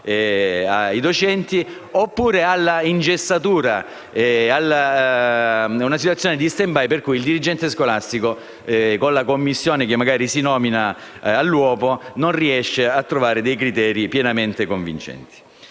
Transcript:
dei docenti, oppure ad ingessare la situazione in uno *stand by*, per cui il dirigente scolastico, con la commissione che magari si nomina all'uopo, non riesce a trovare dei criteri pienamente convincenti.